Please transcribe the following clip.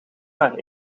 haar